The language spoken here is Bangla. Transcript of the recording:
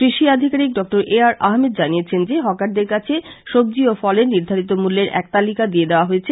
কৃষি আধিকারিক ড আর এ আহমেদ জানিয়েছেন যে হকারদের কাছে সন্জী ও ফলের নির্ধারিত মূল্যের এক তালিকা দিয়ে দেওয়া হয়েছে